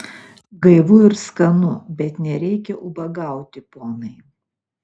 gaivu ir skanu bet nereikia ubagauti ponai